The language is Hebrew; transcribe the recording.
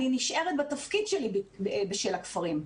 אני נשארת בתפקיד שלי בשל הכפרים,